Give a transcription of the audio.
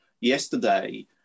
yesterday